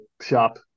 shop